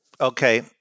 Okay